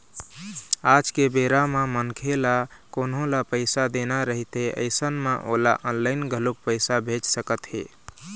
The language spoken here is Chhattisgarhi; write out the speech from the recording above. आज के बेरा म मनखे ल कोनो ल पइसा देना रहिथे अइसन म ओला ऑनलाइन घलोक पइसा भेज सकत हे